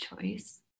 choice